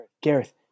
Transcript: Gareth